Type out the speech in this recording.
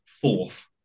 fourth